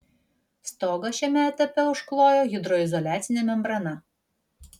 stogą šiame etape užklojo hidroizoliacine membrana